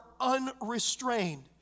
unrestrained